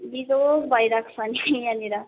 बिजोक भइरहेको छ नि यहाँनिर